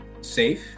safe